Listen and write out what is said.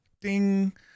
Ding